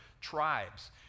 tribes